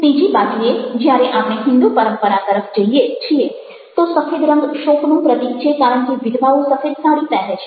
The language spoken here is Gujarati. બીજી બાજુએ જ્યારે આપણે હિન્દુ પરંપરા તરફ જઈએ છીએ તો સફેદ રંગ શોકનું પ્રતીક છે કારણ કે વિધવાઓ સફેદ સાડી પહેરે છે